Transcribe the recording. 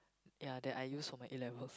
ya that I use for my A-levels